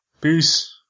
peace